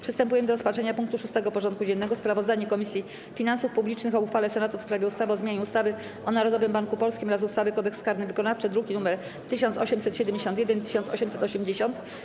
Przystępujemy do rozpatrzenia punktu 6. porządku dziennego: Sprawozdanie Komisji Finansów Publicznych o uchwale Senatu w sprawie ustawy o zmianie ustawy o Narodowym Banku Polskim oraz ustawy - Kodeks karny wykonawczy (druki nr 1871 i 1880)